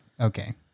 Okay